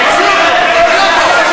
תוציא אותו.